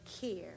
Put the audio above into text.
care